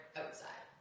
outside